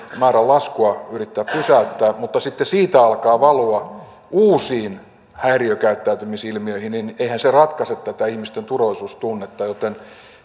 määrän laskua yrittää pysäyttää mutta sitten siitä alkaa valua uusiin häiriökäyttäytymisilmiöihin niin eihän se ratkaise tätä ihmisten turvallisuudentunnetta joten